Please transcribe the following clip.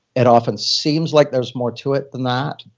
it often seems like there's more to it than that,